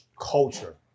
culture